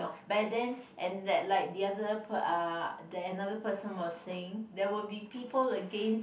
but then and that like the other per~ uh another person was saying there will be people against